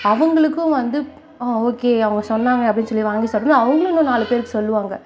அவங்களுக்கும் வந்து ஆ ஓகே அவங்க சொன்னாங்க அப்படின்னு சொல்லி வாங்கி அவங்களும் இன்னும் நாலு பேருக்கு சொல்லுவாங்க